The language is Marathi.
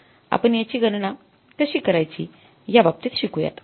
आपण याची गणना कशी करायची या बाबतीत शिकुयात